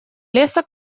леса